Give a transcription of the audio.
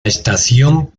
estación